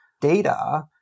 data